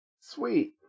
Sweet